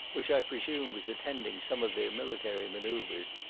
which i presume was attending some of their military manoeuvres,